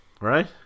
right